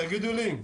תגידו לי,